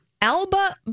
Alba